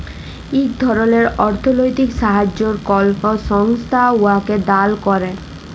ইক ধরলের অথ্থলৈতিক সাহাইয্য কল সংস্থা কাউকে দাল ক্যরে